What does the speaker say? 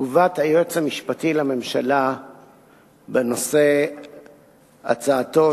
תגובת היועץ המשפטי לממשלה בנושא הצעתו